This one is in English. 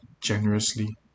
generously